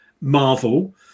Marvel